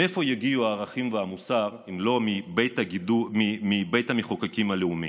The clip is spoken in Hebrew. מאיפה יגיעו הערכים והמוסר אם לא מבית המחוקקים הלאומי?